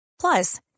Plus